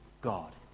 God